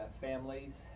families